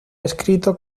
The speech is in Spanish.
escrito